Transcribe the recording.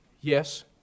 Yes